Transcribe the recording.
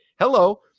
Hello